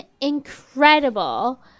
incredible